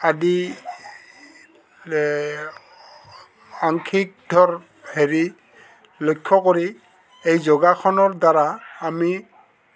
আদি আংশিক ধৰ হেৰি লক্ষ্য কৰি এই যোগাসনৰ দ্বাৰা আমি